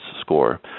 score